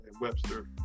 webster